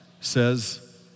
says